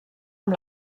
amb